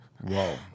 Whoa